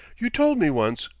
you told me once,